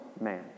man